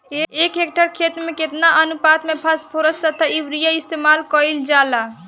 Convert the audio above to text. एक हेक्टयर खेत में केतना अनुपात में फासफोरस तथा यूरीया इस्तेमाल कईल जाला कईल जाला?